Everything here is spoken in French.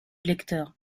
lecteur